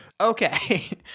Okay